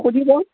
সুধিব